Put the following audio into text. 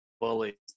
bully